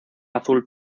azul